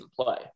play